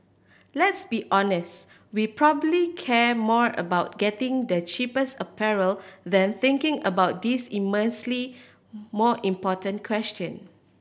let's be honest we probably care more about getting the cheapest apparel than thinking about these immensely more important question